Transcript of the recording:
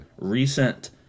recent